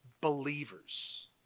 believers